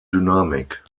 dynamik